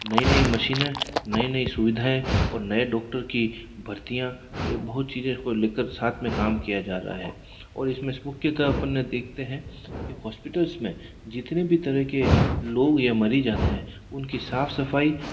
नईं नईं मशीनें नईं नईं सुविधाएँ ओर नए डॉक्टर की भर्तियाँ बहुत चीज़ें को लेकर साथ में काम किया जा रहा है और इसमें मुख्यत अपन ने देखते हैं कि हॉस्पिटल्स में जितने भी तरह के लोग या मरीज़ आते हैं उनकी साफ़ सफ़ाई